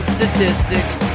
Statistics